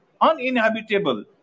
uninhabitable